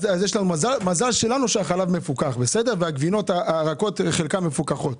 מזל שלנו שהחלב מפוקח והגבינות הרכות חלקן מפוקחות.